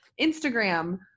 Instagram